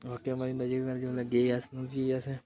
रुट्टी नेईं मिली जेल्लै गे अस पुज्जी गे असें